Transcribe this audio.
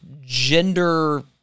gender